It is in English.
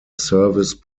service